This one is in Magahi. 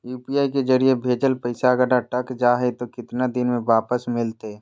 यू.पी.आई के जरिए भजेल पैसा अगर अटक जा है तो कितना दिन में वापस मिलते?